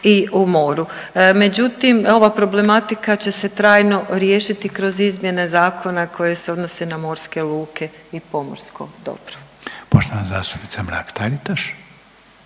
i u moru. Međutim ova problematika će se trajno riješiti kroz izmjene zakona koje se odnose na morske luke i pomorsko dobro. **Reiner, Željko